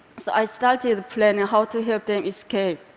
so i started planning how to help them escape.